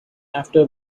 after